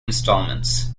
instalments